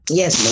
yes